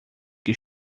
que